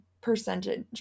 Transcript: percentage